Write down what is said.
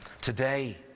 Today